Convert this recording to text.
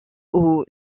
aux